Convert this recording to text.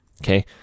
okay